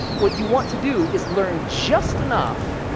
what you want to do is learn just enough